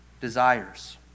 desires